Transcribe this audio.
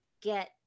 get